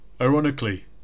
Ironically